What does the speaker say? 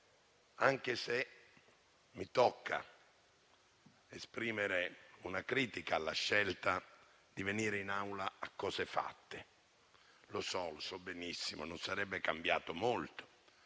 anche se mi tocca esprimere una critica alla scelta di venire in Aula a cose fatte. Lo so benissimo, non sarebbe cambiato molto: